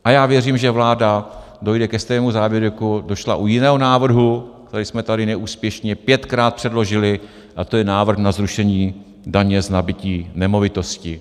A já věřím, že vláda dojde ke stejnému závěru, jako došla u jiného návrhu, který jsme tady neúspěšně pětkrát předložili, a to je návrh na zrušení daně z nabytí nemovitosti.